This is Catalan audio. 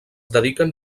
dediquen